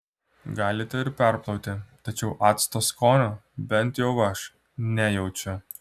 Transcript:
galite ir perplauti tačiau acto skonio bent jau aš nejaučiu